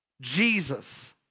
Jesus